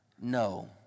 No